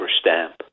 stamp